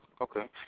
Okay